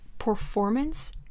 performance